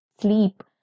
sleep